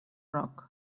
rock